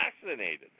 fascinated